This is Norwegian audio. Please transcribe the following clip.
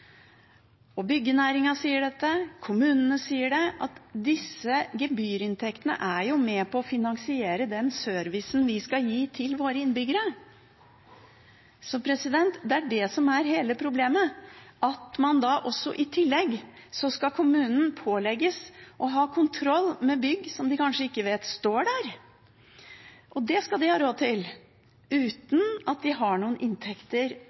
sier dette, kommunene sier det, at disse gebyrinntektene er med på å finansiere den servicen vi skal gi våre innbyggere. Så det er det som er hele problemet, og i tillegg skal kommunene pålegges å ha kontroll med bygg som de kanskje ikke vet at står der. Det skal de ha råd til, uten at de har noen inntekter